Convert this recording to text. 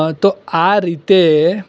તો આ રીતે